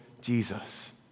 Jesus